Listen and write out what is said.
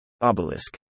Obelisk